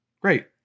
great